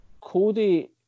Cody